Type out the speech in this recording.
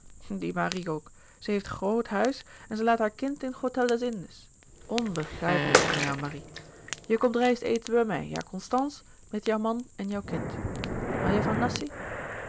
marie ook zij heeft ghroot huis en zij laat haar kind in ghôtel dès indes onbeghrijpelijk van jou marie jij komt rijst eten bij mij ja constans met jouw man en jouw kind hoû jij van nassi